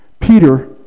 Peter